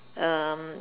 uh